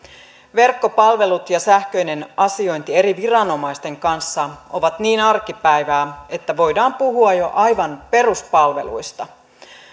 verkkopalvelut ja sähköinen asiointi eri viranomaisten kanssa ovat niin arkipäivää että voidaan puhua jo aivan peruspalveluista